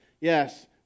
Yes